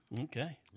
Okay